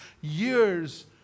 years